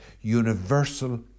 universal